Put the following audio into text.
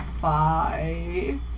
five